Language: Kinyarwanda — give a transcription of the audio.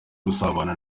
gusabana